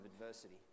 adversity